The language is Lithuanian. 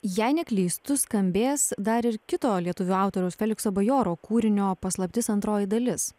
jei neklystu skambės dar ir kito lietuvių autoriaus felikso bajoro kūrinio paslaptis antroji dalis